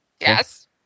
Yes